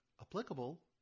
applicable